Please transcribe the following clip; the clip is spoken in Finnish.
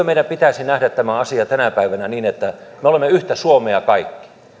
meidän pitäisi nähdä tämä asia tänä päivänä niin että me olemme yhtä suomea kaikki